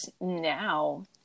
now